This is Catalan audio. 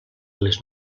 les